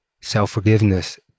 Self-forgiveness